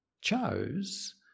chose